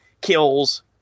kills